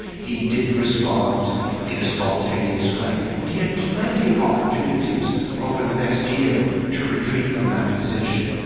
he did respond in a spontaneous way, but he had plenty of opportunities over the next year to retreat from that position,